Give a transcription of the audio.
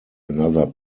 another